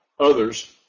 others